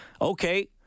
okay